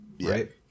right